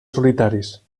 solitaris